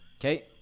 Okay